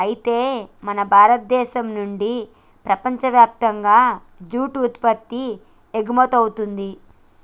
అయితే మన భారతదేశం నుండి ప్రపంచయప్తంగా జూట్ ఉత్పత్తి ఎగుమతవుతుంది